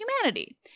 humanity